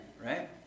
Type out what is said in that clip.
right